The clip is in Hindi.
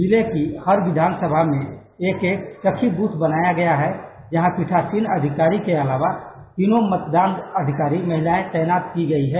जिले की हर विधानसभा में एक एक सखी बूथ बनाया गया है जहां पीठासीन अधिकारी के अलावा तीनों मतदान अधिकारी महिलाएं तैनात की गई हैं